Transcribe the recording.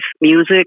Music